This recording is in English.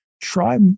try